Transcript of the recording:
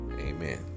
amen